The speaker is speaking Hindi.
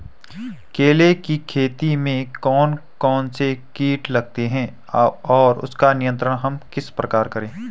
केले की खेती में कौन कौन से कीट लगते हैं और उसका नियंत्रण हम किस प्रकार करें?